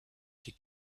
die